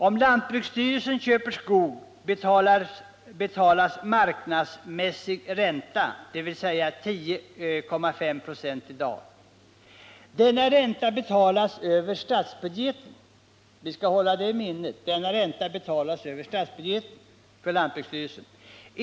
Om lantbruksstyrelsen köper skog betalas marknadsmässig ränta, dvs. 10,5 96 i dag. Denna ränta betalas över statsbudgeten. Det skall vi hålla i minnet.